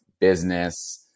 business